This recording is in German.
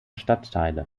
stadtteile